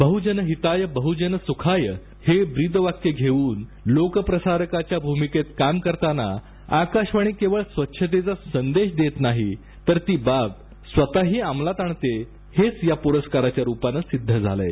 बहुजन हिताय बहुजन सुखाय हे ब्रीदवाक्य घेऊन लोकप्रसारकाच्या भूमिकेत काम करताना आकाशवाणी केवळ स्वच्छतेचा संदेश देत नाही तर ती बाब स्वतःही अमलात आणते हेच या पुरस्काराच्या रूपाने सिद्ध झालंय